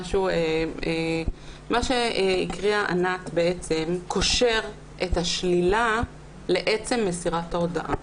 מה שהקריאה ענת קושר את השלילה לעצם מסירת ההודעה.